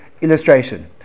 illustration